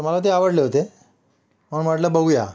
तर मला ते आवडले होते मग म्हटलं बघूया